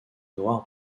noire